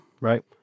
right